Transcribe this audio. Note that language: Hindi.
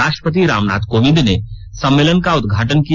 राष्ट्रपति रामनाथ कोविंद ने सम्मेलन का उदघाटन किया